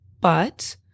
but-